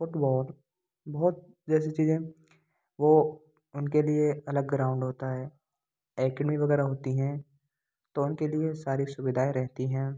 football बहुत जैसी चीज़ें वह उनके लिए अलग ग्राउंड होता है एकेडमी वगैरह होती हैं तो उनके लिए सारी सुविधाएँ रहती हैं